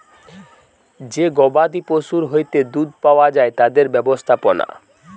যে গবাদি পশুর হইতে দুধ পাওয়া যায় তাদের ব্যবস্থাপনা